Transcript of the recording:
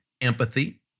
empathy